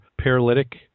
paralytic